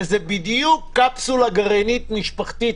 וזה בדיוק קפסולה משפחתית גרעינית,